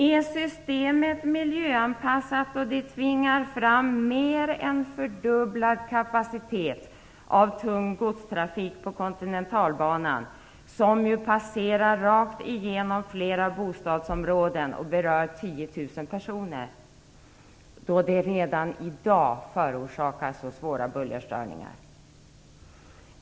Är systemet miljöanpassat då det tvingar fram mer än fördubblad kapacitet av tung godstrafik på kontinentalbanan, som ju passerar rakt igenom flera bostadsområden och berör 10 000 personer? Redan i dag förorsakar det svåra bullerstörningar.